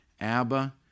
Abba